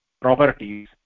properties